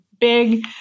big